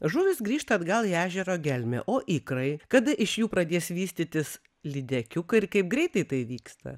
žuvys grįžta atgal į ežero gelmę o ikrai kada iš jų pradės vystytis lydekiukai ir kaip greitai tai vyksta